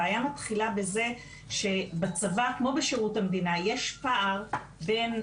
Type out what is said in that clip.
הבעיה מתחילה בזה שבצבא כמו בשירות המדינה יש פער בין